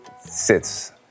sits